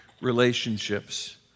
relationships